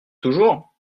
toujours